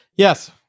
Yes